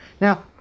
Now